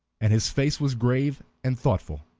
and his face was grave and thoughtful.